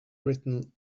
written